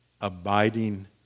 abiding